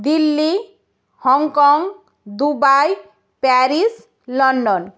Delhi Hong Kong Dubai Paris London